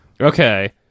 Okay